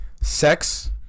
sex